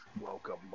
Welcome